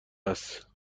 است